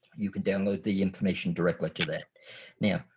you can download the information directly to that now.